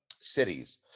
cities